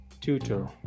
tutor